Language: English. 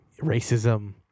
racism